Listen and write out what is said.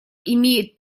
имеет